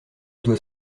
dois